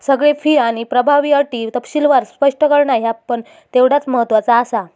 सगळे फी आणि प्रभावी अटी तपशीलवार स्पष्ट करणा ह्या पण तेवढाच महत्त्वाचा आसा